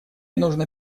нужно